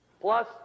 Plus